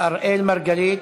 אראל מרגלית,